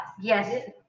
Yes